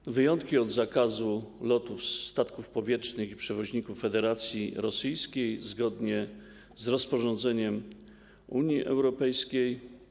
Otóż wyjątki od zakazu lotów statków powietrznych i przewoźników Federacji Rosyjskiej przewiduje rozporządzenie Unii Europejskiej.